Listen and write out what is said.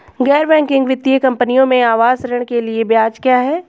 गैर बैंकिंग वित्तीय कंपनियों में आवास ऋण के लिए ब्याज क्या है?